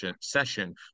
session